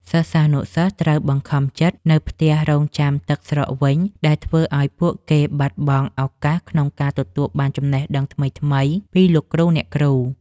សិស្សានុសិស្សត្រូវបង្ខំចិត្តនៅផ្ទះរង់ចាំទឹកស្រកវិញ ដែលធ្វើឱ្យពួកគេបាត់បង់ឱកាសក្នុងការទទួលបានចំណេះដឹងថ្មីៗពីលោកគ្រូអ្នកគ្រូ។